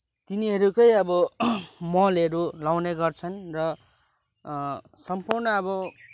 तिनीहरूकै अब मलहरू लगाउने गर्छन् र सम्पूर्ण अब